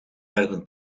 werden